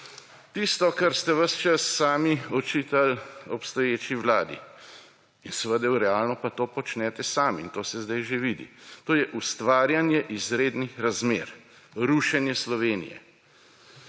Tisto, kar ste ves čas sami očitali obstoječi vladi ‒ in seveda realno to počnete sami in to se sedaj že vidi ‒ to je ustvarjanje izrednih razmer, rušenje Slovenije.